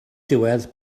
diwedd